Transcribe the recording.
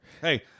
Hey